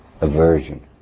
aversion